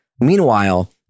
Meanwhile